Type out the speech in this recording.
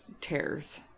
tears